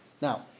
Now